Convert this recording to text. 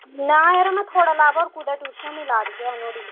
ना यरा में थुआड़े इलावा होर कोह्दे ट्यूशन नेईं लब्भा दी ऐ नुआड़ी